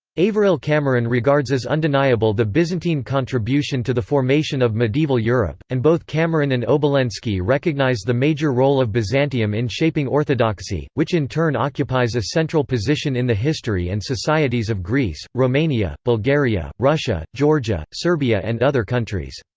averil cameron regards as undeniable the byzantine contribution to the formation of medieval europe, and both cameron and obolensky recognise the major role of byzantium in shaping orthodoxy, which in turn occupies a central position in the history and societies of greece, romania, bulgaria, russia, georgia, serbia and other countries.